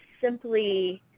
simply